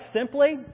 simply